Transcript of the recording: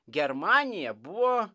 germanija buvo